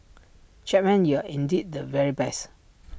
Chapman you are indeed the very best